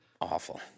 Awful